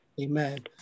Amen